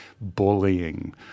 bullying